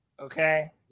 okay